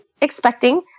expecting